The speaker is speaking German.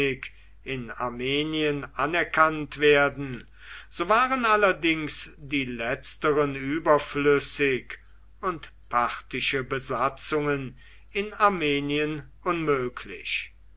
in armenien anerkannt werden so waren allerdings die letzteren überflüssig und parthische besatzungen in armenien unmöglich